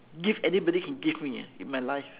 gift anybody can give me eh in my life